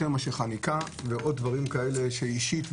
מאשר חניקה ועוד דברים כאלה שאישית,